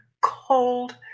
cold